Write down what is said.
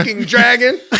dragon